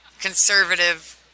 conservative